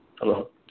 Hello